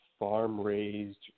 farm-raised